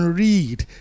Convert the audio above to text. read